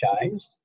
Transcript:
changed